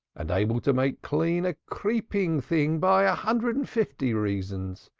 and able to make clean a creeping thing by a hundred and fifty reasons.